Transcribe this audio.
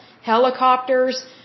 helicopters